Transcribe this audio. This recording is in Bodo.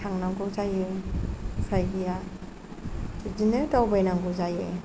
थांनांगौ जायो उफाय गैया बिदिनो दावबायनांगौ जायो